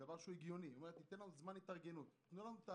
דבר הגיוני: תנו לנו זמן להתארגנות,